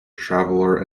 traveller